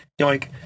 Yoink